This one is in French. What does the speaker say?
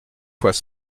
fois